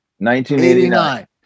1989